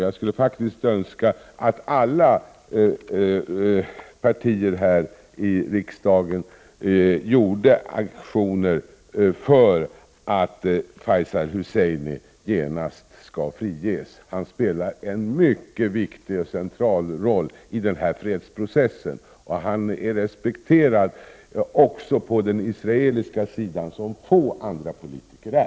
Jag skulle önska att alla partier här i riksdagen gjorde aktioner för att Faisal Husseini genast skall friges. Han spelar en mycket viktig och central roll i den här fredsprocessen. Han är respekterad också på den israeliska sidan som få andra politiker är.